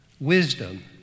Wisdom